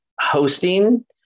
hosting